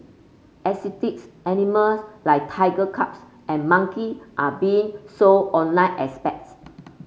exotics animals like tiger cubs and monkey are being sold online as pets